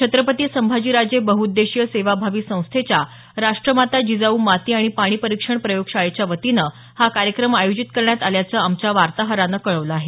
छत्रपती संभाजीराजे बहुउद्देशीय सेवाभावी संस्थेच्या राष्ट्रमाता जिजाऊ माती आणि पाणी परीक्षण प्रयोगशाळेच्या वतीनं हा कार्यक्रम आयोजित करण्यात आल्याचं आमच्या वार्ताहरानं कळवलं आहे